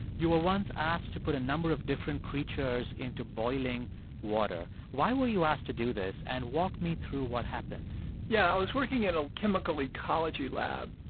you were once asked to put a number of different creatures into boiling water. why were you asked to do this? and walk me through what happened yeah. i was working in a chemical ecology lab.